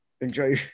enjoy